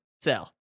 sell